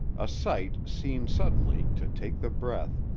a sight, seen suddenly, to take the breath,